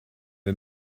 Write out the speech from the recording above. wir